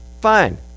fine